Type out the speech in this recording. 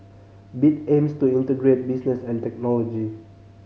bit aims to integrate business and technology